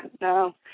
no